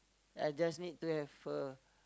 I just need to have a